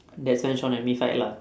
that's when shawn and me fight lah